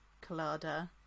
colada